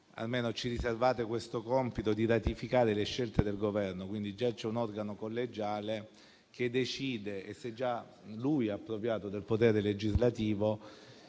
quasi ci riservate almeno questo compito di ratificare le scelte del Governo. Quindi, già c'è un organo collegiale che decide, che si è appropriato del potere legislativo